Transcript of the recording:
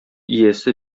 иясе